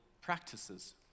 practices